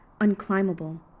unclimbable